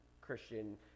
Christian